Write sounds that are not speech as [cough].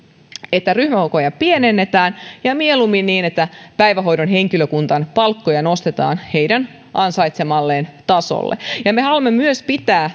että ryhmäkokoja pienennetään ja mieluummin niin että päivähoidon henkilökunnan palkkoja nostetaan heidän ansaitsemalleen tasolle ja me haluamme myös pitää [unintelligible]